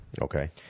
Okay